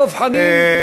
דב חנין,